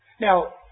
Now